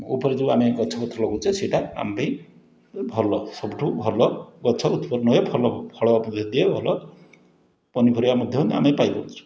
ଉପରେ ଯେଉଁ ଆମେ ଗଛପତ୍ର ଲଗାଉଛେ ସେଇଟା ଆମ ପାଇଁ ଭଲ ସବୁଠୁ ଭଲ ଗଛ ଉତ୍ପନ୍ନ ହୁଏ ଭଲ ଫଳ ଦିଏ ଭଲ ପନିପରିବା ମଧ୍ୟ ଆମେ ପାଇପାରୁଛୁ